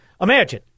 Imagine